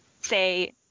say